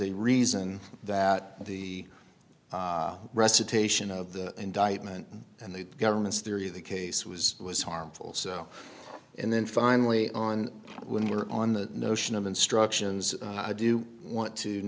a reason that the recitation of the indictment and the government's theory of the case was it was harmful so and then finally on when were on the notion of instructions i do want to